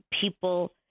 people